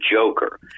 joker